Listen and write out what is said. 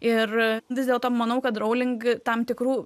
ir vis dėlto manau kad rowling tam tikrų